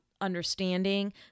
understanding